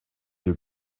you